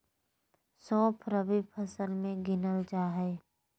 सौंफ रबी फसल मे गिनल जा हय